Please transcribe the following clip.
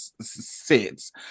sits